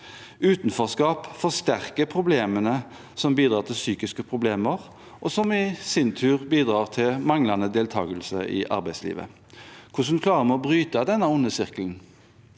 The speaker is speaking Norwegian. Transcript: Utenforskap forsterker problemene som bidrar til psykiske problemer, som i sin tur bidrar til manglende deltagelse i arbeidslivet. Hvordan greier vi å bryte denne onde sirkelen?